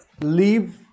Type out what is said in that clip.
leave